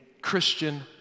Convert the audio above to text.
Christian